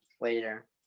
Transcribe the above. later